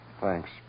Thanks